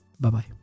Bye-bye